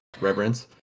reverence